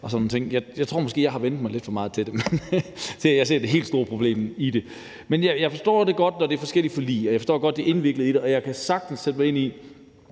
Jeg tror måske, at jeg har vænnet mig lidt for meget til dem, til at jeg ser det helt store problem i det. Men jeg forstår det godt, når det er forskellige forlig, og jeg forstår godt det indviklede i det, og jeg kan sagtens sætte mig ind i